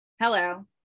hello